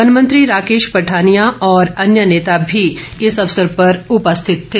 one मंत्री राकेश पठानिया और अन्य नेता भी इस अवसर पर उपस्थित थे